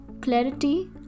clarity